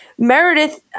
Meredith